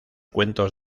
cuentos